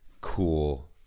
cool